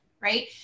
Right